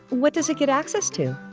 what does it get access to?